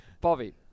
Bobby